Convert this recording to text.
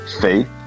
Faith